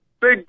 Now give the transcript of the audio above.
Big